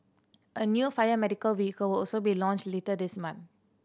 a new fire medical vehicle also be launched later this month